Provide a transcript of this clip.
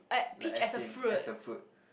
like as in as a fruit